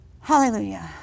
Hallelujah